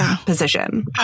position